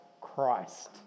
Christ